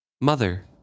Mother